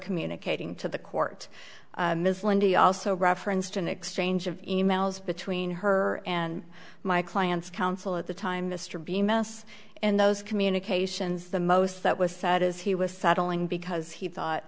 communicating to the court ms lynndie also referenced an exchange of e mails between her and my client's counsel at the time mr bemis and those communications the most that was said is he was settling because he thought